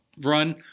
run